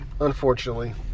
Unfortunately